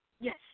Yes